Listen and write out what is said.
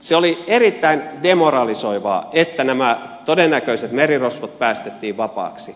se oli erittäin demoralisoivaa että nämä todennäköiset merirosvot päästettiin vapaiksi